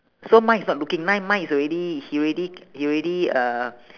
so mine is not looking mine mine is already he already he already uh